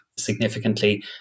significantly